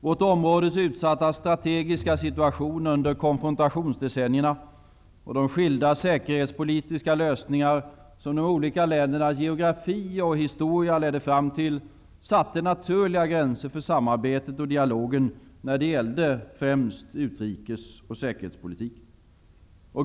Vårt områdes utsatta strategiska situation under konfrontationsdecennierna och de skilda säkerhetspolitiska lösningar som de olika ländernas geografi och historia ledde fram till satte naturliga gränser för samarbetet och dialogen i främst utrikesoch säkerhetspolitiken.